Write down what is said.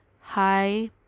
Hi